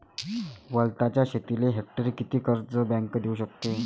वलताच्या शेतीले हेक्टरी किती कर्ज बँक देऊ शकते?